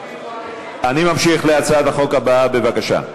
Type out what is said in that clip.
אני ממשיך להצעת החוק הבאה, בבקשה.